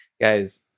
guys